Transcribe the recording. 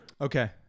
Okay